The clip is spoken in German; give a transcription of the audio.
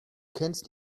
kennst